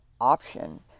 option